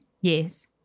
Yes